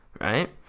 right